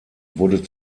wurde